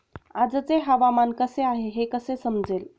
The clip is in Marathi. आजचे हवामान कसे आहे हे कसे समजेल?